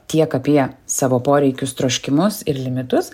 tiek apie savo poreikius troškimus ir limitus